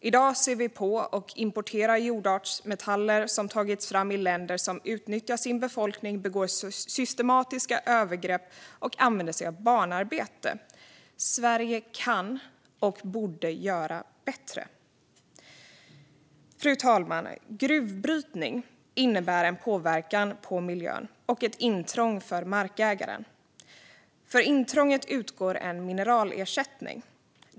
I dag ser vi på och importerar jordartsmetaller som tagits fram i länder som utnyttjar sin befolkning, begår systematiska övergrepp och använder sig av barnarbete. Sverige kan och borde göra bättre. Fru talman! Gruvbrytning innebär en påverkan på miljön och ett intrång för markägaren. För intrånget utgår en mineralersättning.